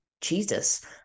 Jesus